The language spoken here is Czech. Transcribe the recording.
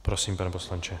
Prosím, pane poslanče.